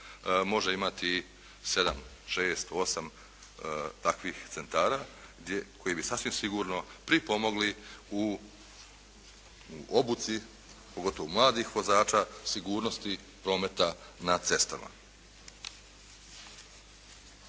može imati 7, 6, 8 takvih centara koji bi sasvim sigurno pripomogli u obuci, pogotovo mladih vozača, sigurnosti prometa na cestama.